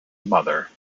mother